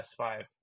S5